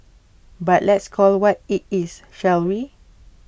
but let's call IT what IT is shall we